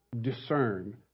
discern